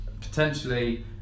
potentially